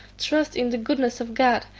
trust in the goodness of god,